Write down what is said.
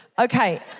Okay